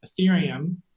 Ethereum